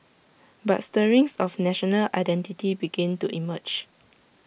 but stirrings of national identity began to emerge